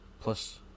plus